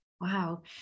Wow